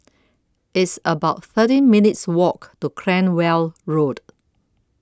It's about thirteen minutes' Walk to Cranwell Road